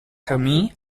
remis